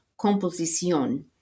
composición